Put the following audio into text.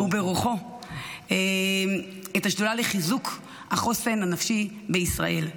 -- וברוחו, את השדולה לחיזוק החוסן הנפשי לישראל,